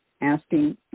asking